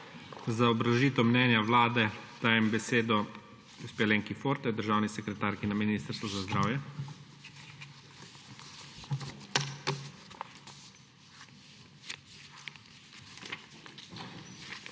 Za obrazložitev mnenja Vlade dajem besedo gospe Alenki Forte, državni sekretarki na Ministrstvu za zdravje.